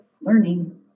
learning